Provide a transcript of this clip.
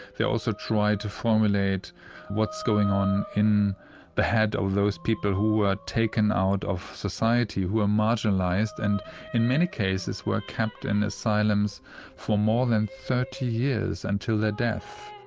they also try to formulate what's going on in the head of those people who were taken out of society, who were marginalised, and who in many cases were kept in asylums for more than thirty years until their death.